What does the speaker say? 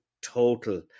total